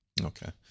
Okay